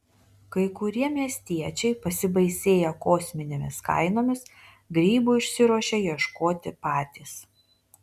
kai kurie miestiečiai pasibaisėję kosminėmis kainomis grybų išsiruošia ieškoti patys